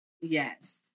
Yes